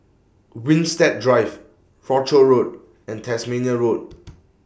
Winstedt Drive Rochor Road and Tasmania Road